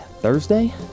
Thursday